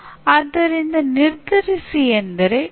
ಇನ್ನು ಕೆಲವು ಗುಂಪು ಚಟುವಟಿಕೆಗೆ ಸೂಕ್ತವಲ್ಲ